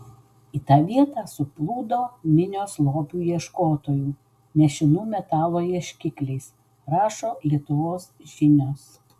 į tą vietą suplūdo minios lobių ieškotojų nešinų metalo ieškikliais rašo lietuvos žinios